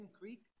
Creek